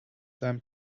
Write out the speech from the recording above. seinem